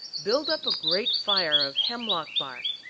build up a great fire of hemlock bark,